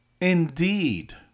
Indeed